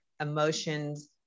emotions